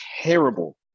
terrible